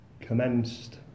commenced